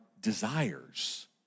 desires